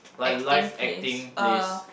acting place uh